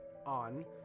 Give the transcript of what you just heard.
on